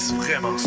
Vraiment